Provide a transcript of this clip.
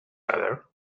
other